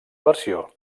versió